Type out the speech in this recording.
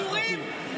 קרקורים?